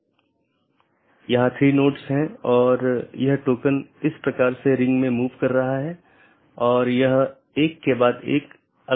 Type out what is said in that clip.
इसलिए पथ को गुणों के प्रकार और चीजों के प्रकार या किस डोमेन के माध्यम से रोका जा रहा है के रूप में परिभाषित किया गया है